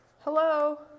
Hello